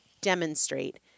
demonstrate